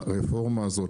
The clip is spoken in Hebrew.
הרפורמה הזאת,